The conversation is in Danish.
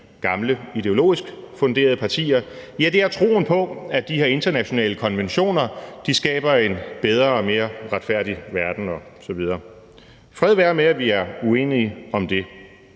gamle ideologisk funderede partier, er troen på, at de her internationale konventioner skaber en bedre og mere retfærdig verden osv. Fred være med, at vi er uenige om det,